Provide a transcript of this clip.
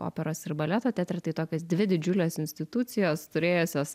operos ir baleto teatre tai tokios dvi didžiulės institucijos turėjusios